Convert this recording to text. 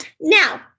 Now